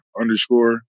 underscore